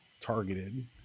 Targeted